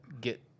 get